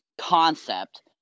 concept